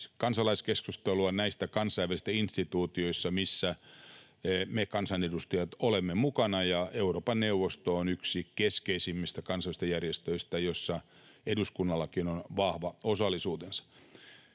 kansalaiskeskustelua näistä kansainvälisistä instituutioista, missä me kansanedustajat olemme mukana. Euroopan neuvosto on yksi keskeisimmistä kansainvälisistä järjestöistä, joissa eduskunnallakin on vahva osallisuutensa.